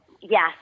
yes